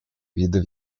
видов